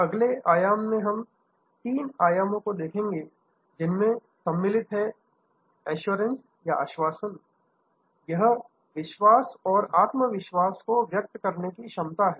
अगले आयाम में हम तीन आयामों को देखेंगे जिन में सम्मिलित है एश्योरेंस आश्वासन यह विश्वास और आत्मविश्वास व्यक्त करने की क्षमता है